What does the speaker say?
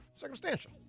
Circumstantial